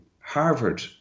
Harvard